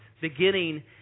beginning